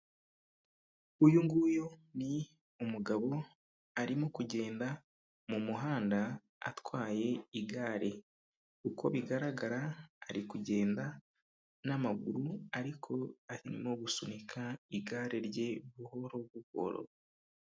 Uyu nguyu ni umugabo arimo kugenda mu muhanda atwaye igare. Uko bigaragara ari kugenda n'amaguru, ariko ari no gusunika igare rye buhoro buhoro.